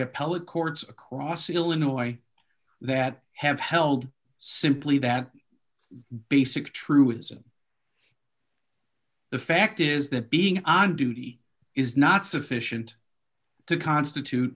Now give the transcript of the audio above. appellate courts across illinois that have held simply that basic truism the fact is that being on duty is not sufficient to constitute